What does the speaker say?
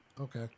Okay